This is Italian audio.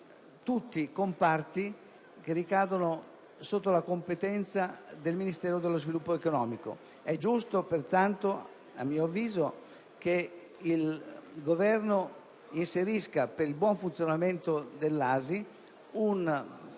tutti ricadono sotto la competenza del Ministero dello sviluppo economico. È pertanto giusto, a mio avviso, che il Governo inserisca, per il buon funzionamento dell'ASI, un